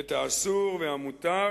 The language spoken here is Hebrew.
את האסור והמותר,